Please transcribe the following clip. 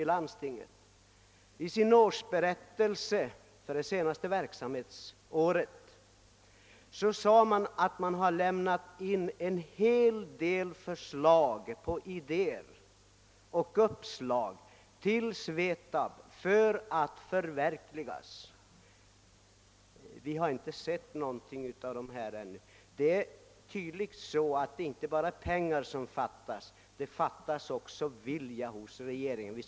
I sin senaste verksamhetsberättelse påpekade nämnden att den till Svetab framfört en hel del idéer och uppslag. Hittills har vi inte sett något resultat härav. Det är tydligen inte bara pengar som fattas — det fattas också vilja hos regeringen.